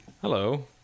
hello